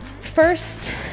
First